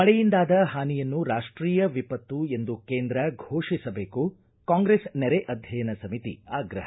ಮಳೆಯಿಂದಾದ ಹಾನಿಯನ್ನು ರಾಷ್ಲೀಯ ವಿಪತ್ತು ಎಂದು ಕೇಂದ್ರ ಘೋಷಿಸಬೇಕು ಕಾಂಗ್ರೆಸ್ ನೆರೆ ಅಧ್ಯಯನ ಸಮಿತಿ ಆಗ್ರಹ